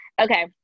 Okay